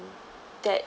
that